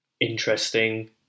interesting